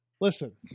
Listen